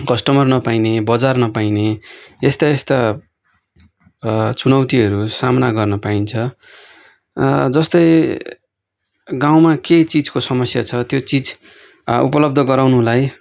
customer नपाइने बजार नपाइने यस्ता यस्ता चुनौतीहरू सामना गर्नु पाइन्छ जस्तै गाउँमा केही चिजको समस्या छ त्यो चिज उपलब्ध गराउनुलाई